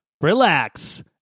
relax